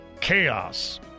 chaos